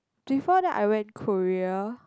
before that I went Korea